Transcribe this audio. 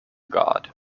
god